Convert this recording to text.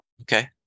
Okay